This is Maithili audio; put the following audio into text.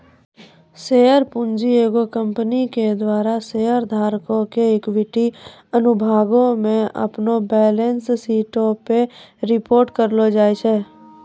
शेयर पूंजी एगो कंपनी के द्वारा शेयर धारको के इक्विटी अनुभागो मे अपनो बैलेंस शीटो पे रिपोर्ट करलो जाय छै